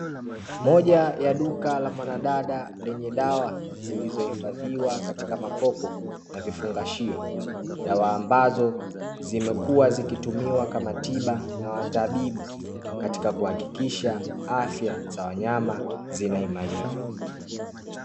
Moja ya duka la mwanadada lenye dawa zilizohifadhiwa katika makopo na vifungashio, dawa ambazo zimekuwa zikitumika kama tiba na matabibu katika kuhakikisha fya za wanyama zinaimarika.